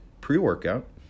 pre-workout